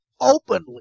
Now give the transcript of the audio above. openly